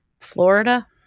Florida